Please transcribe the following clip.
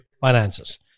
finances